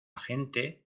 gente